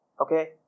Okay